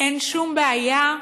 אין שום בעיה,